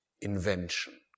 invention